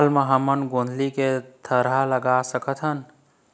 हाल मा हमन गोंदली के थरहा लगा सकतहन?